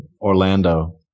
Orlando